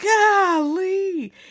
Golly